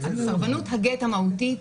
סרבנות הגט המהותית,